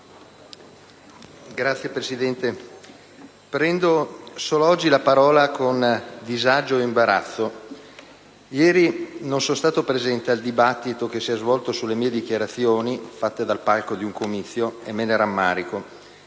Signor Presidente, prendo solo oggi la parola con disagio ed imbarazzo. Ieri non sono stato presente al dibattito che si è svolto sulle mie dichiarazioni fatte dal palco di un comizio e me ne rammarico,